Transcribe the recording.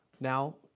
Now